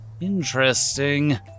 interesting